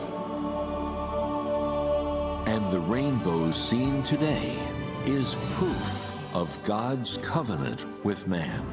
oh and the rainbows seen today is of god's covenant with man